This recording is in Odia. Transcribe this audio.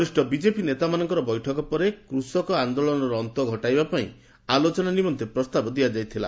ବରିଷ୍ଠ ବିଜେପି ନେତାମାନଙ୍କର ବୈଠକ ପରେ କୃଷକ ଆନ୍ଦୋଳନର ଅନ୍ତ ଘଟାଇବା ପାଇଁ ଆଲୋଚନା ନିମନ୍ତେ ପ୍ରସ୍ତାବ ଦିଆଯାଇଥିଲା